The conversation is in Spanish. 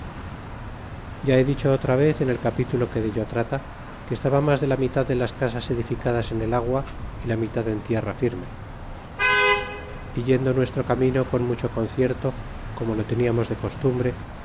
ya he dicho otra vez en el de quatro capitulo que delo trata que estaba mas de la mitad de las casas edificadas en el agua y la mitad en tierra firme é yendo nuestro camino con mucho concierto como lo teniamos de costumbre